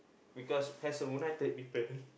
because as a united people